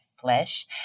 flesh